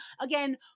Again